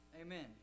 Amen